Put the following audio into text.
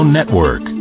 Network